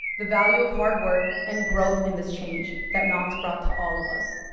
the value of hard work, and growth in this change that knox brought to all of us.